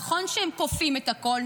נכון שהם כופים את הכול,